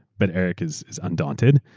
but eric is is undaunted.